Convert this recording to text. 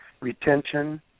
retention